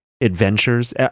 adventures